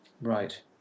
Right